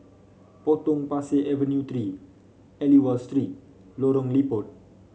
Potong Pasir Avenue Three Aliwal Street Lorong Liput